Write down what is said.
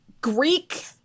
greek